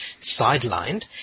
sidelined